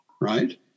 right